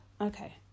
Okay